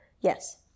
Yes